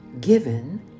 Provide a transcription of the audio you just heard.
given